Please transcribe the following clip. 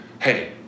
Hey